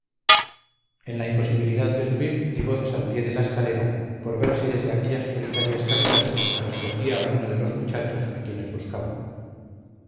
en la imposibilidad de subir di voces al pie de la escalera por ver si desde aquellas solitarias cavidades me respondía alguno de los muchachos a quienes buscaba